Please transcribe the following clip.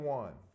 one